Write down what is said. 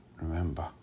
Remember